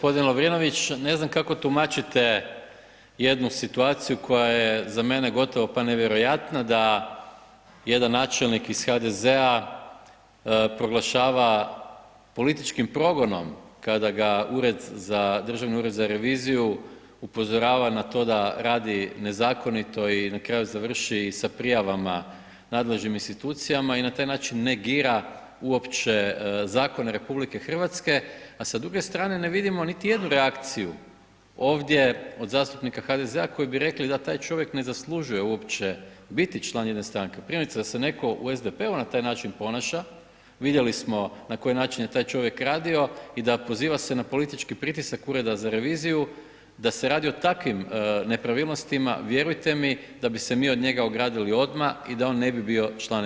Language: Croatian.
Gospodine Lovrinović, ne znam kako tumačite, jednu situaciju, koja je za mene gotovo pa nevjerojatna da jedan načelnik iz HDZ-a proglašava političkim progonom, kada ga ured za, Državni ured za reviziju upozorava na to da radi nezakonito i na kraju završi sa prijavama nadležnim institucijama i na taj način negira uopće zakone RH, a sa druge strane ne vidimo niti jednu reakciju ovdje od zastupnika HDZ-a koji bi rekli da taj čovjek ne zaslužuje uopće biti član jedne stranke, primjerice da se netko u SDP-u na taj način ponaša, vidjeli smo na koji način je taj čovjek radio i da proziva se na politički pritisak Ureda za reviziju, da se radi o takvim nepravilnostima, vjerujte mi da bi se mi od njega ogradili odmah i da on ne bi bio član SDP-a.